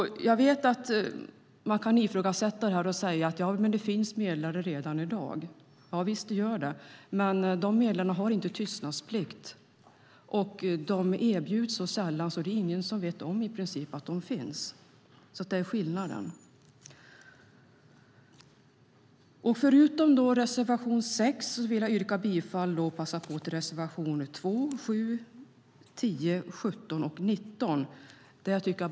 Jag vet att man kan ifrågasätta förslaget och säga att det finns medlare redan i dag. Javisst, det gör det, men de medlarna har inte tystnadsplikt. Dessutom erbjuds de så sällan att i princip ingen känner till att de finns. Där ligger skillnaden. Förutom till reservation 6 vill jag passa på att yrka bifall till reservation 2, 7, 10, 17 och 19.